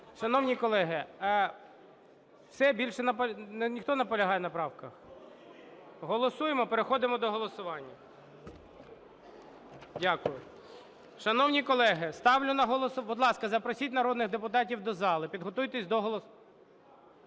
Шановні колеги, все, більше ніхто не наполягає на правках? Голосуємо. Переходимо до голосування. Дякую. Шановні колеги, будь ласка, запросіть народних депутатів до зали, підготуйтесь до голосування.